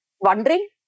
wondering